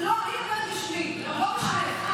לא, אני מדברת בשמי, לא בשמך.